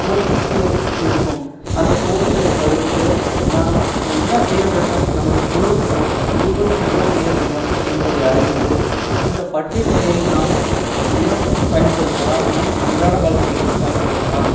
போட்டிக்கு இருக்கும் அந்த போட்டிகளை தவிர்த்து நாம் என்ன செய்ய வேண்டும் நமது குழு மு முழுவதும் என்ன செய்ய வேண்டும் என்பதை அறிந்து இந்த பற்றின்மையை நாம் தினமும் பயன்படுத்தலாம் நாம் அன்றாட வாழ்க்கையிலும் பயன்படுத்தலாம்